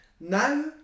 Now